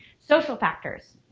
social factors.